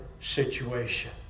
situation